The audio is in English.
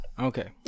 okay